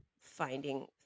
finding